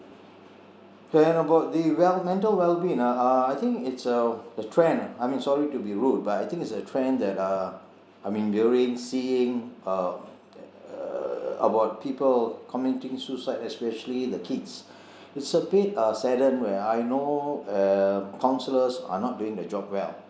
whereabout the well mental well being ah uh I think it's a a trend uh I mean sorry to be rude but I think it's a trend that uh I mean we are already seeing uh about people committing suicide especially the kids it's a bit uh saddened where I know uh counsellors are not doing their job well